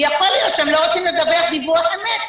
ויכול להיות שהם לא רוצים לדווח דיווח אמת,